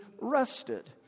rested